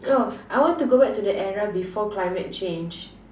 oh I want to go back to the era before climate change